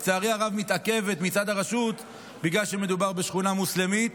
שלצערי הרב היא מתעכבת מצד הרשות בגלל שמדובר בשכונה מוסלמית,